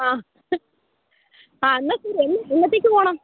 ആ ആ എന്നാൽ ശരി എന്ന് എന്നത്തേക്ക് പോകണം